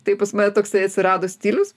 tai pas mane toksai atsirado stilius